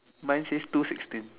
mine says two sixteen